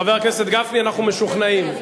חבר הכנסת גפני, אנחנו משוכנעים.